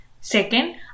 Second